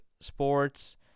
sports